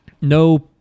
no